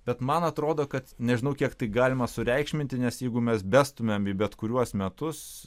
bet man atrodo kad nežinau kiek tai galima sureikšminti nes jeigu mes bestumėm į bet kuriuos metus